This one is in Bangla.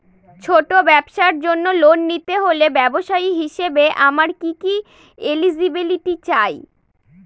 ছোট ব্যবসার জন্য লোন নিতে হলে ব্যবসায়ী হিসেবে আমার কি কি এলিজিবিলিটি চাই?